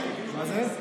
נורבגי.